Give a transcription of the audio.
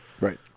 Right